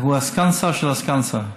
הוא סגן השר של סגן השר.